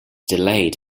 delayed